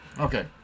okay